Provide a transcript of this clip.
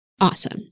Awesome